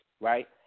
right